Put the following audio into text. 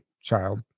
child